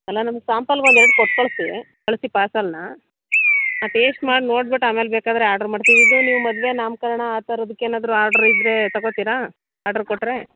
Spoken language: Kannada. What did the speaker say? ಅಲ್ಲ ನಮ್ಗೆ ಸಾಂಪಲ್ಗೆ ಒಂದೆರಡು ಕೊಟ್ಟು ಕಳಿಸಿ ಕಳಿಸಿ ಪಾರ್ಸೆಲನ್ನ ನಾವು ಟೇಸ್ಟ್ ಮಾಡಿ ನೋಡ್ಬಿಟ್ಟು ಆಮೇಲ್ ಬೇಕಾದರೆ ಆರ್ಡ್ರ್ ಮಾಡ್ತೀವಿ ಇದು ನೀವು ಮದುವೆ ನಾಮಕರಣ ಆ ಥರದಕ್ಕೇನಾದರೂ ಆರ್ಡ್ರ್ ಇದ್ದರೆ ತಗೊತೀರಾ ಆರ್ಡ್ರ್ ಕೊಟ್ಟರೆ